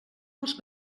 els